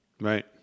Right